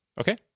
Okay